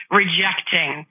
rejecting